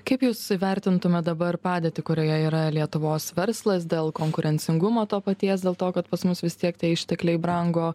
kaip jūs vertintumėt dabar padėtį kurioje yra lietuvos verslas dėl konkurencingumo to paties dėl to kad pas mus vis tiek tie ištekliai brango